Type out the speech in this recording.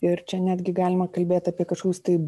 ir čia netgi galima kalbėti apie kažkokius tai